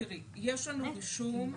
מה זאת ההמצאה הזאת?